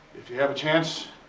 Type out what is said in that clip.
if you have a chance